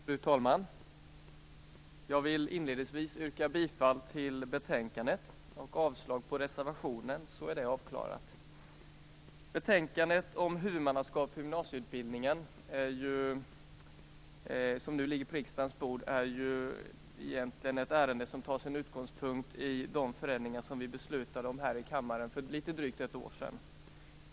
Fru talman! Jag vill inledningsvis yrka bifall till hemställan i betänkandet och avslag på reservationen, så är det avklarat. Det betänkande om huvudmannaskap för gymnasieutbildningen som nu ligger på riksdagens bord, är ju egentligen ett ärende som tar sin utgångspunkt i de förändringar som vi beslutade om här i kammaren för litet drygt ett år sedan.